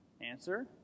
Answer